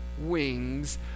wings